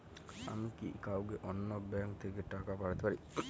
আমি কি কাউকে অন্য ব্যাংক থেকে টাকা পাঠাতে পারি?